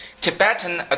Tibetan